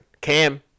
Cam